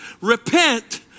repent